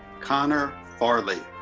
connor farley.